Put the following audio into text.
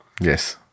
Yes